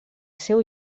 seu